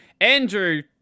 Andrew